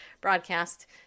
broadcast